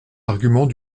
arguments